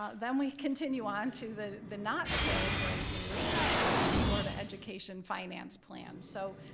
then, we continue on to the the not so great news of the florida education finance plan. so,